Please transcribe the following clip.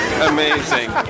Amazing